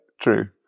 true